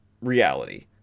reality